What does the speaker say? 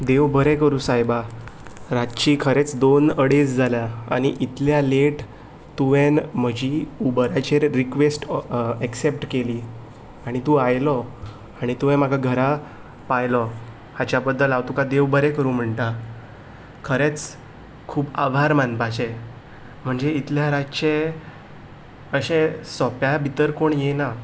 देव बरें करूं सायबा रातची खरेंच दोन अडेज जाल्या आनी इतल्या लेट तुवें म्हजी बऱ्याचेर रिक्वेस्ट एक्सेप्ट केली आनी तूं आयलो आनी तुवें म्हाका घरा पायलो हाच्या बद्दल हांव तुका देव बरें करूं म्हणटा खरेंच खूब आभार मानपाचें म्हणजे इतल्या रातचें अशें सोंप्या भितर कोण येयना